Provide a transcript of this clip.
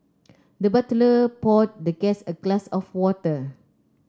the butler poured the guest a glass of water